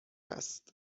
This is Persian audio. است